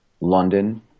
London